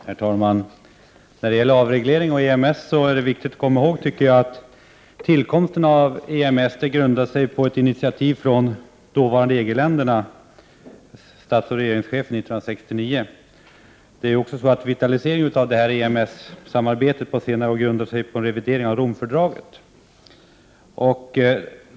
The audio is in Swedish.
Herr talman! När det gäller avreglering och EMS tycker jag att det är viktigt att komma ihåg att tillkomsten av EMS grundar sig på ett initiativ från dåvarande EG-ländernas statsoch regeringschefer 1969. Vitaliseringen av EMS-samarbetet på senare år grundar sig på en revidering av Romfördraget.